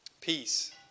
Peace